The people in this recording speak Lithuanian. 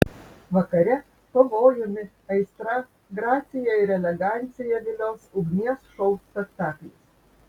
vakare pavojumi aistra gracija ir elegancija vilios ugnies šou spektaklis